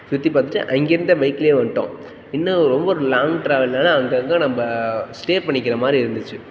சுற்றிப் பார்த்துட்டு அங்கேருந்தே பைக்லேயே வந்துட்டோம் என்ன ஒரு ரொம்ப ஒரு லாங் ட்ராவல்னால அங்கங்கே நம்ம ஸ்டே பண்ணிக்கிற மாதிரி இருந்துச்சு